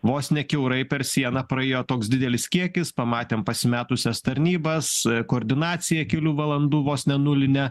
vos ne kiaurai per sieną praėjo toks didelis kiekis pamatėm pasimetusias tarnybas koordinaciją kelių valandų vos ne nulinę